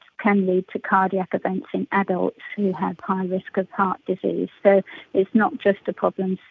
can lead to cardiac events in adults who have high risk of heart disease, so it's not just a problem,